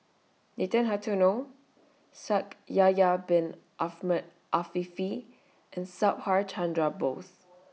Nathan Hartono Shaikh Yahya Bin Ahmed Afifi and Subhas Chandra Bose